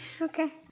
Okay